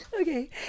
Okay